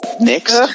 Next